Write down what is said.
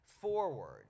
forward